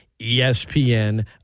ESPN